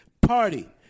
Party